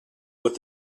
with